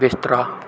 ਬਿਸਤਰਾ